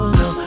no